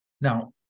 Now